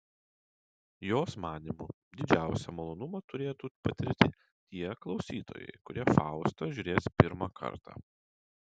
jos manymu didžiausią malonumą turėtų patirti tie klausytojai kurie faustą žiūrės pirmą kartą